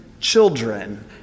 children